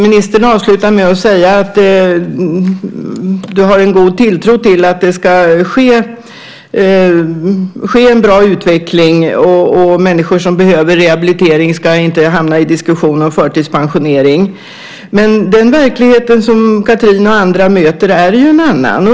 Ministern avslutar med att säga att han har en god tilltro till att det ska ske en bra utveckling och att människor som behöver rehabilitering inte ska hamna i diskussion om förtidspensionering. Men den verklighet som Cathrin och andra möter är ju en annan.